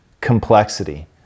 complexity